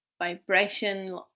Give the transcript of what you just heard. vibration